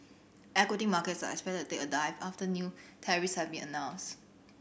equity markets are expected to take a dive after new tariffs have been announced